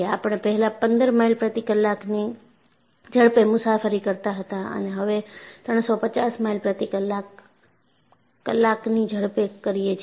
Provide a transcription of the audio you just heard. આપણે પહેલા 15 માઈલ પ્રતિ કલાકની ઝડપે મુસાફરી કરતા હતા અને હવે 350 માઈલ પ્રતિ કલાક ઝડપે કરીએ છીએ